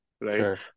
right